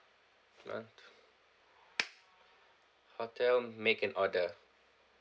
one two hotel make an order